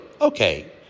Okay